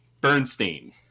Bernstein